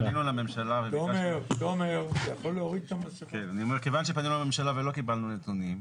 כיוון שפנינו לממשלה ולא קיבלנו נתונים.